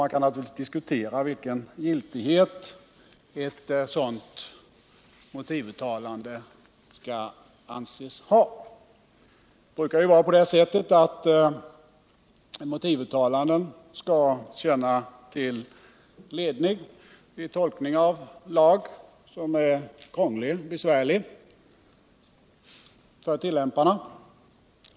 Man kan naturligtvis diskutera vilken giltighet ett sådant motivuttalande skall anses ha. Det brukar ju vara på det sättet att motivuttalanden skall tjäna till ledning vid tolkning av lag som är krånglig eller besvärlig för tillämparna.